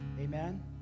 Amen